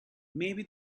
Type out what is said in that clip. maybe